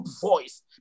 voice